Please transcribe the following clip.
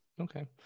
Okay